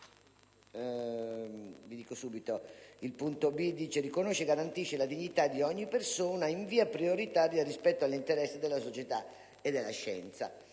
si "riconosce e garantisce la dignità di ogni persona in via prioritaria rispetto all'interesse della società e della scienza".